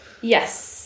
yes